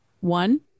One